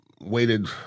waited